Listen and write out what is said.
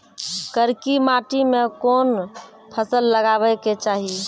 करकी माटी मे कोन फ़सल लगाबै के चाही?